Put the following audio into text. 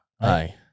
Aye